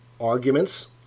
Arguments